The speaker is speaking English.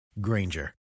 Granger